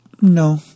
no